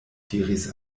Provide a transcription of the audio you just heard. diris